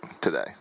today